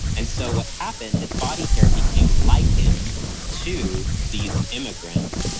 and so what happened is body hair became likened to these immigrants.